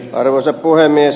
arvoisa puhemies